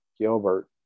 Gilbert